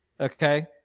Okay